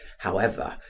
however,